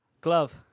Glove